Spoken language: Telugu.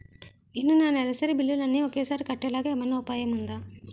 నేను నా నెలసరి బిల్లులు అన్ని ఒకేసారి కట్టేలాగా ఏమైనా ఉపాయం ఉందా?